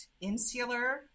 insular